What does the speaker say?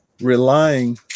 relying